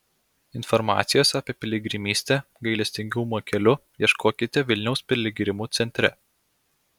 informacijos apie piligrimystę gailestingumo keliu ieškokite vilniaus piligrimų centre